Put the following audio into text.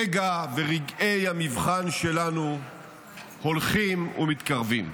רגעי המבחן שלנו הולכים ומתקרבים.